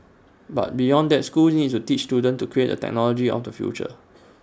but beyond that schools need to teach students to create the technology of the future